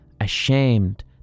ashamed